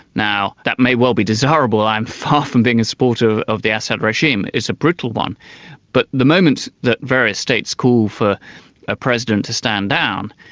now, that may well be desirable i'm far from being a supporter of the assad regime it's a brutal one but the moment that various states call for a president to stand down,